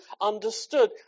understood